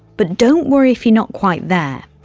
but don't worry if you're not quite there.